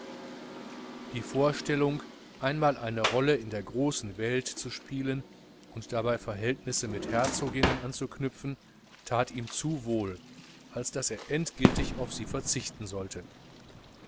die vorstellung einmal eine rolle in der großen welt zu spielen und dabei verhältnisse mit herzoginnen anzuknüpfen that ihm zu wohl als daß er endgiltig auf sie verzichten sollte